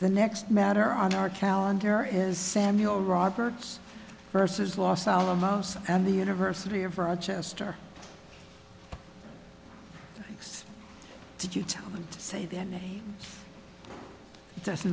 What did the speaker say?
the next matter on our calendar is samuel roberts versus los alamos and the university of rochester thanks did you tell them to say that no it doesn't